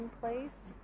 place